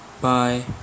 bye